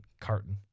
carton